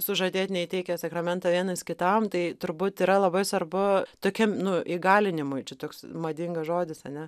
sužadėtiniai teikia sakramentą vienas kitam tai turbūt yra labai svarbu tokiam nu įgalinimui čia toks madingas žodis ane